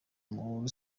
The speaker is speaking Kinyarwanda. muri